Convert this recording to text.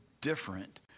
different